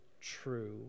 true